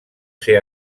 ser